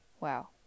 Wow